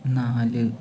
നാല്